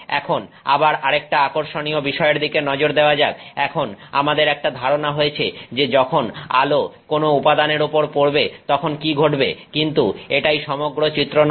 এখন আবার আরেকটা আকর্ষণীয় বিষয়ের দিকে নজর দেওয়া যাক এখন আমাদের একটা ধারনা হয়েছে যে যখন আলো কোন উপাদানের উপর পড়বে তখন কি ঘটবে কিন্তু এটাই সমগ্র চিত্র নয়